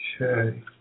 Okay